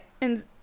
And-